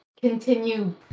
continue